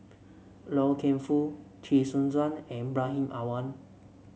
Loy Keng Foo Chee Soon Juan and Ibrahim Awang